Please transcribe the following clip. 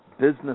business